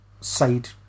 side